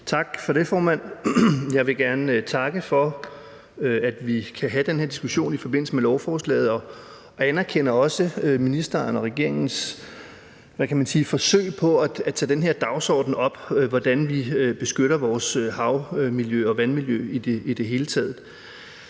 Tak for det, formand. Jeg vil gerne takke for, at vi kan have den her diskussion i forbindelse med lovforslaget, og jeg anerkender også ministeren og regeringens – hvad kan man sige – forsøg på at tage den her dagsorden op, med hensyn til hvordan vi beskytter vores havmiljø og vandmiljø i det hele taget.